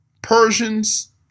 Persians